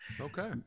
okay